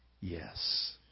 Yes